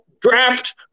draft